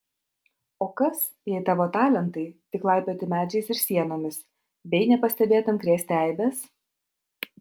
o kas jei tavo talentai tik laipioti medžiais ir sienomis bei nepastebėtam krėsti eibes